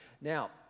Now